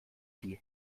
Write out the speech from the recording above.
die